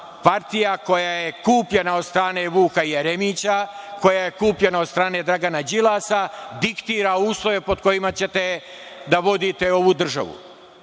partija koja je kupljena od strane Vuka Jeremića, koja je kupljena od strane Dragana Đilasa, diktira uslove pod kojima ćete da vodite ovu državu.